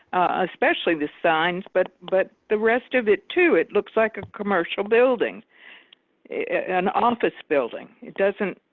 especially the signs but but the rest of it too. it looks like a commercial building an office building. it doesn't.